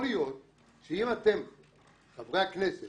שמעתם את השאלה